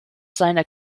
seiner